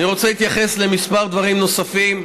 אני רוצה להתייחס לכמה דברים נוספים,